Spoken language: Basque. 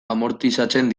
amortizatzen